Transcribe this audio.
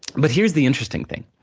but here's the interesting thing,